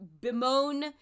bemoan